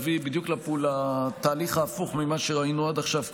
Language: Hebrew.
הוא צפוי כמובן להביא בדיוק לתהליך ההפוך ממה שראינו עד עכשיו,